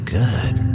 good